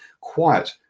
quiet